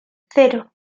cero